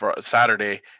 Saturday